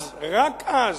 אז, רק אז,